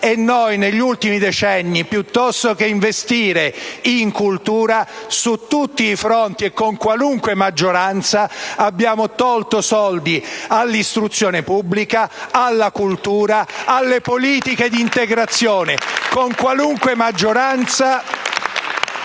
E noi, negli ultimi decenni, piuttosto che investire in cultura su tutti i fronti e con qualunque maggioranza, abbiamo tolto soldi all'istruzione pubblica, alla cultura, alle politiche di integrazione: con qualunque maggioranza